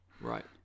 Right